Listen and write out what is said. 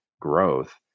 growth